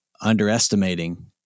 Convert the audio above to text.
underestimating